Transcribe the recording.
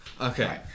Okay